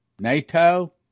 NATO